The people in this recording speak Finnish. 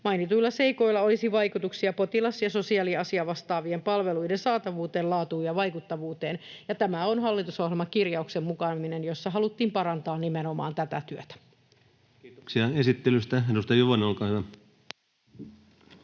Mainituilla seikoilla olisi vaikutuksia potilas- ja sosiaaliasiavastaa-vien palveluiden saatavuuteen, laatuun ja vaikuttavuuteen. Tämä on hallitusohjelmakirjauksen mukaista, jossa haluttiin parantaa nimenomaan tätä työtä. [Speech 45] Speaker: Ensimmäinen varapuhemies